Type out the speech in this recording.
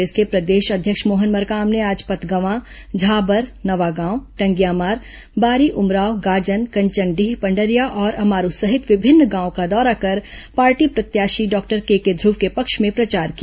कांग्रेस के प्रदेश अध्यक्ष मोहन मरकाम ने आज पतगवां झाबर नवागांव टंगियामार बारी उमराव गाजन कंचनडीह पंडरिया और अमारू सहित विभिन्न गांवों का दौरा कर पार्टी प्रत्याशी डॉक्टर केके ध्रव के पक्ष में प्रचार किया